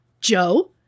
Joe